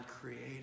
created